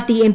party M